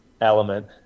element